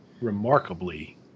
remarkably